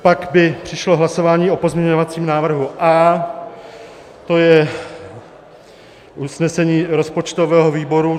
Pak by přišlo hlasování o pozměňovacím návrhu A, to je usnesení rozpočtového výboru.